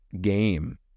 game